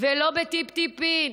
ולא טיפין טיפין.